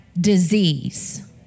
disease